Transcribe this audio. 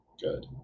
good